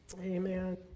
Amen